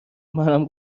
منم